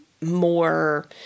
more